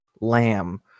lamb